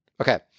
Okay